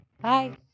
Bye